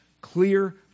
clear